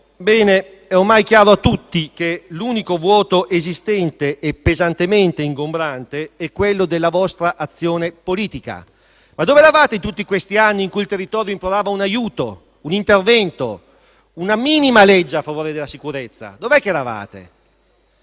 Ebbene, è ormai chiaro a tutti che l'unico vuoto esistente e pesantemente ingombrante è quello della vostra azione politica. Dove eravate in tutti questi anni in cui il territorio implorava un aiuto, un intervento, una minima legge a favore della sicurezza? Dove eravate?